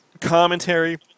commentary